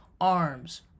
arms